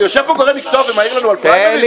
אבל יושב פה גורם מקצוע ומעיר לנו על פריימריז?